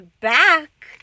back